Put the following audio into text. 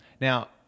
Now